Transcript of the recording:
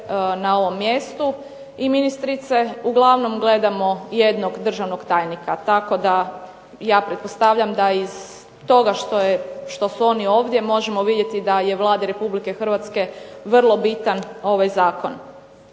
na ovom mjestu i ministrice, uglavnom gledamo jednog državnog tajnika. Tako da ja pretpostavljam da iz toga što je, što su oni ovdje možemo vidjeti da je Vladi Republike Hrvatske vrlo bitan ovaj zakon.